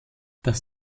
das